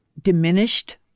diminished